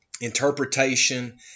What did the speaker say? interpretation